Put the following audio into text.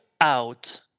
out